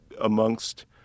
amongst